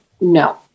no